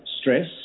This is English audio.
stress